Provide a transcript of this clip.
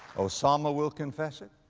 osama will confess it.